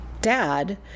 dad